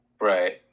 Right